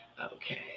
Okay